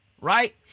right